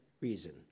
reason